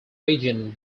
region